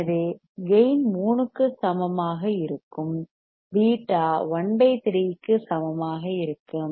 எனவே கேயின் 3 க்கு சமமாக இருக்கும் பீட்டா 13 க்கு சமமாக இருக்கும்